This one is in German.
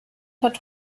hat